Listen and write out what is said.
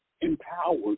empowered